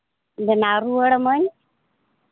ᱵᱮᱱᱟᱣ ᱨᱩᱣᱟᱹᱲ ᱟᱢᱟᱧ